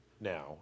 now